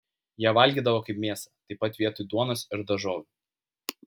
ją valgydavo kaip mėsą taip pat vietoj duonos ir daržovių